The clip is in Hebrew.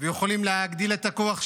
ויכולים להגדיל את הכוח שלנו,